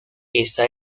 esa